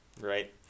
Right